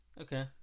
Okay